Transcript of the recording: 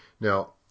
Now